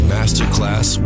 Masterclass